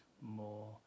more